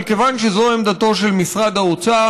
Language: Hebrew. אבל כיוון שזו עמדתו של משרד האוצר,